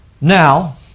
now